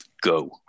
go